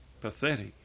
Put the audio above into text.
pathetic